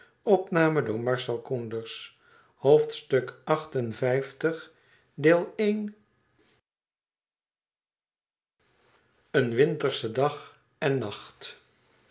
een wintersche dag en nacht